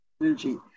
Energy